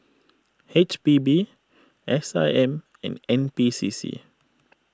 H B B S I M and N B C C